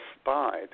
spied